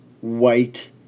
White